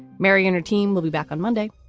mary and her team will be back on monday.